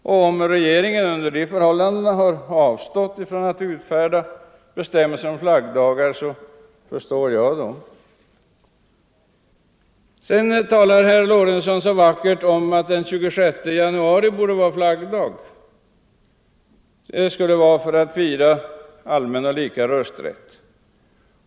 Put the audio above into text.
Och jag förstår att regeringen har avstått från att utfärda bestämmelser om flaggdagar. Sedan talade herr Lorentzon så vackert om att den 26 januari borde vara flaggdag för att fira den allmänna och lika rösträtten.